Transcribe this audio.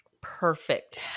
perfect